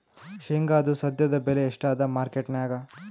ಶೇಂಗಾದು ಸದ್ಯದಬೆಲೆ ಎಷ್ಟಾದಾ ಮಾರಕೆಟನ್ಯಾಗ?